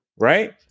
right